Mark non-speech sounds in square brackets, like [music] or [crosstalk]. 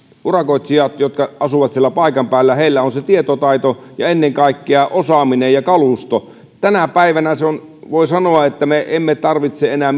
urakoitsijoilla jotka asuvat siellä paikan päällä on se tietotaito ja ennen kaikkea osaaminen ja kalusto tänä päivänä on niin voi sanoa että me emme enää [unintelligible]